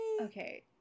Okay